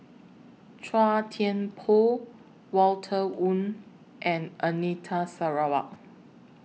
Chua Thian Poh Walter Woon and Anita Sarawak